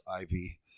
Ivy